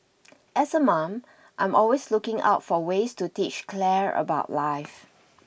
as a mom I'm always looking out for ways to teach Claire about life